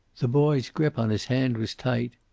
the boy's grip on his hand was tight.